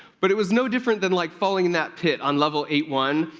but it was no different than like falling in that pit on level eight one,